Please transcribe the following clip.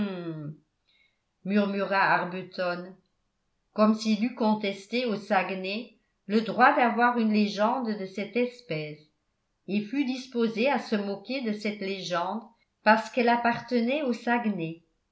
murmura arbuton comme s'il eût contesté au saguenay le droit d'avoir une légende de cette espèce et fût disposé à se moquer de cette légende parce qu'elle appartenait au saguenay